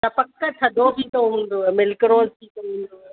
त पक थधो पीतो हूंदुव मिल्क रोज़ु पीतो हूंदुव